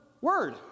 word